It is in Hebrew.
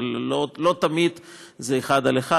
אבל לא תמיד זה אחד על אחד,